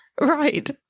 Right